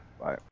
Bye